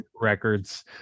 records